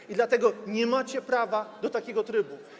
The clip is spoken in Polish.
I dlatego nie macie prawa do takiego trybu.